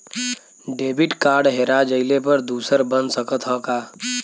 Debit card हेरा जइले पर दूसर बन सकत ह का?